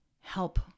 help